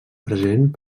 present